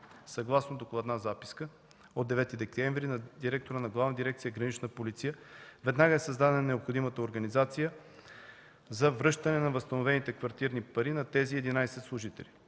Съгласно докладна записка от 9 декември на директора на Главна дирекция „Гранична полиция“ веднага е създадена необходимата организация за връщане на възстановените квартирни пари на тези 11 служители.